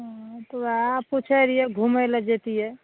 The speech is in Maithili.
हूँ तऽ ओएह पूछै रहिए घूमे लऽ जैतिऐ